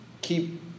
keep